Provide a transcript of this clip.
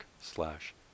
slash